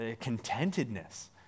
contentedness